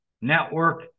network